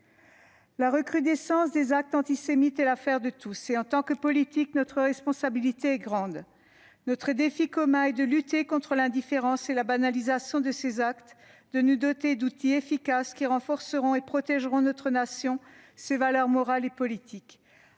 La recrudescence des actes antisémites est l'affaire de tous. Et en tant que politiques, notre responsabilité est grande. Notre défi commun est de lutter contre l'indifférence et la banalisation de ces actes, de nous doter d'outils efficaces qui renforceront et protégeront notre nation, ses valeurs morales et politiques.